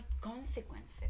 consequences